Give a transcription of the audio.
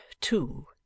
Two